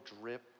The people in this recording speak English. drip